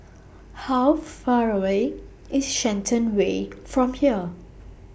How Far away IS Shenton Way from here